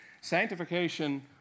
Sanctification